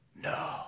no